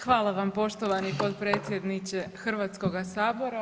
Hvala vam poštovani potpredsjedniče Hrvatskoga sabora.